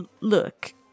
Look